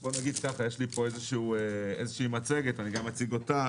בוא נגיד שיש לי כאן איזושהי מצגת ואני גם אציג אותה